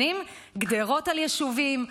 גדרות על יישובים,